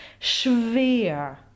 Schwer